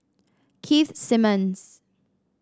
Keith Simmons